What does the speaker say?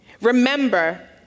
Remember